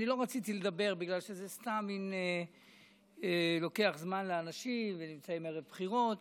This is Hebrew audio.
לא רציתי לדבר בגלל שזה סתם לוקח זמן לאנשים ונמצאים ערב בחירות,